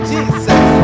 Jesus